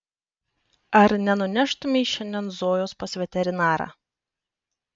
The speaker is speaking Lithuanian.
ar nenuneštumei šiandien zojos pas veterinarą